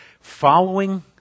Following